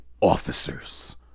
officers